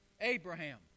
Abraham